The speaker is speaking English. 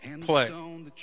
play